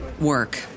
work